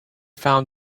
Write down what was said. found